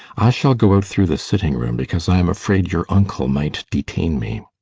i shall go out through the sitting-room, because i am afraid your uncle might detain me.